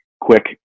quick